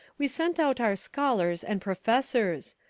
we sent out our scholars and professors.